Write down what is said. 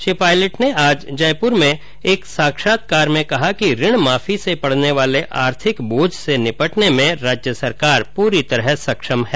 श्री पायलट ने आज जयपुर में एक साक्षात्कार में कहा कि ऋण माफी से पडने वाले आर्थिक बोझ से निपटने में राज्य सरकार पूरी तरह सक्षम है